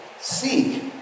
seek